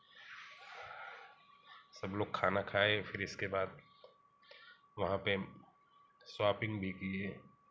सब लोग खाना खाए फिर इसके बाद वहाँ पर सॉपिंग भी किए